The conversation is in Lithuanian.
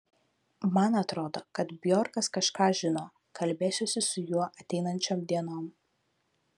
man atrodo kad bjorkas kažką žino kalbėsiuosi su juo ateinančiom dienom